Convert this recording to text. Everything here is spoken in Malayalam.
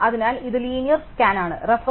അതിനാൽ ഇത് ലീനിയർ സ്കാൻ ആണ്